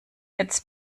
jetzt